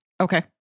Okay